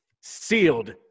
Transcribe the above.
Sealed